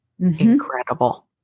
incredible